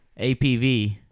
APV